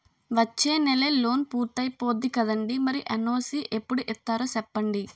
వచ్చేనెలే లోన్ పూర్తయిపోద్ది కదండీ మరి ఎన్.ఓ.సి ఎప్పుడు ఇత్తారో సెప్పండి